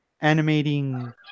animating